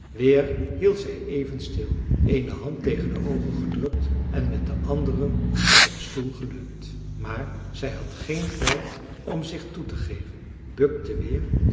weer hield zij even stil eene hand tegen de oogen gedrukt en met de andere op een stoel geleund maar zij had geen tijd om zich toetegeven bukte weer